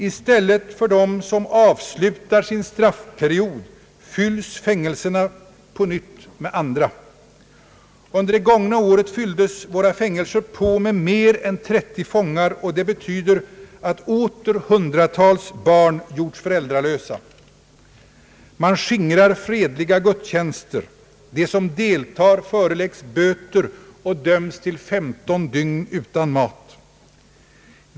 I stället för dem som avslutar sin straffperiod fylls fängelserna på nytt med andra, Under det gångna året fylldes våra fängelser på med mer än 30 fångar, och det betyder att åter hundratals barn gjorts föräldralösa. Man skingrar fredliga gudstjänster. De som deltager föreläggs böter och döms till 15 dygn utan mat.